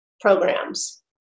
programs